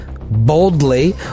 boldly